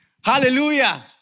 Hallelujah